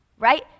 right